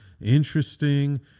interesting